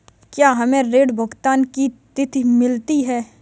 क्या हमें ऋण भुगतान की तिथि मिलती है?